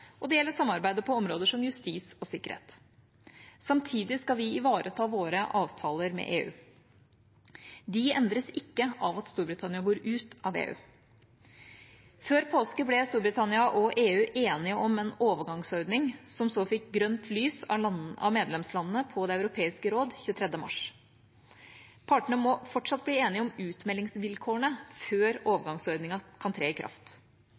og det gjelder samarbeidet på områder som justis og sikkerhet. Samtidig skal vi ivareta våre avtaler med EU. De endres ikke av at Storbritannia går ut av EU. Før påske ble Storbritannia og EU enige om en overgangsordning, som så fikk grønt lys av medlemslandene i Det europeiske råd 23. mars. Partene må fortsatt bli enige om utmeldingsvilkårene før overgangsordningen kan tre i kraft.